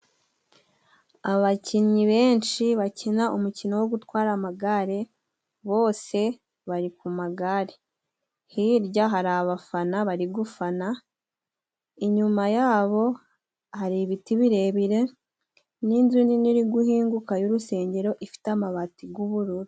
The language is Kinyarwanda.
Abakinnyi benshi bakina umukino wo gutwara amagare bose bari ku magare. Hirya hari abafana bari gufana, inyuma yabo hari ibiti birebire n'inzu nini iri guhinguka y'urusengero ifite amabati g'ubururu.